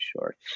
short